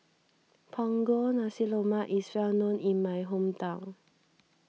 Punggol Nasi Lemak is well known in my hometown